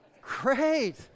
great